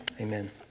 amen